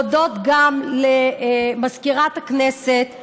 ולהודות גם למזכירת הכנסת ולסגנה,